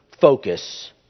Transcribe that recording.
focus